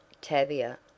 Tavia